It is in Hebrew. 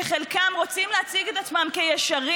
שחלקם רוצים להציג את עצמם כישרים,